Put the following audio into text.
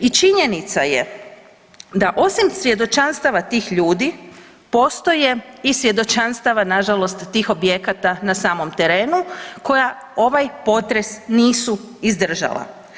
I činjenica je da osim svjedočanstava tih ljudi postoje i svjedočanstava na žalost tih objekata na samom terenu koja ovaj potres nisu izdržala.